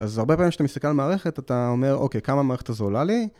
אז הרבה פעמים כשאתה מסתכל על מערכת, אתה אומר, אוקיי, כמה המערכת הזו עולה לי?